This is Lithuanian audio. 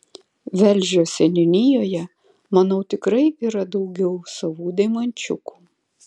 velžio seniūnijoje manau tikrai yra daugiau savų deimančiukų